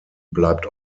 bleibt